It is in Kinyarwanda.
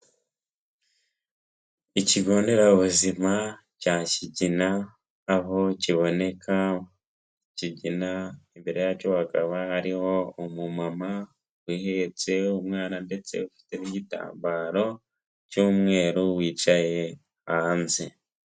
Ikigo nderabuzima cya Kigina aho kiboneka Kigina, imbere yacyo hakaba hariho umumama uhetse umwana ndetse ufite n'igitambaro cy'umweru wicaye hanze.